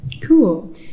cool